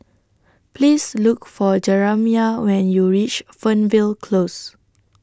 Please Look For Jeramiah when YOU REACH Fernvale Close